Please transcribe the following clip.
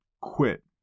quit